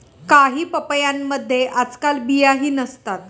काही पपयांमध्ये आजकाल बियाही नसतात